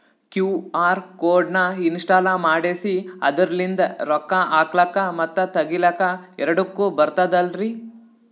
QR code ನ install ಮಾಡೆಸಿ ಅದರ್ಲಿಂದ ರೊಕ್ಕ ಹಾಕ್ಲಕ್ಕ ಮತ್ತ ತಗಿಲಕ ಎರಡುಕ್ಕು ಬರ್ತದಲ್ರಿ?